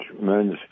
men's